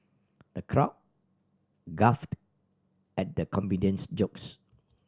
the crowd guffawed at the comedian's jokes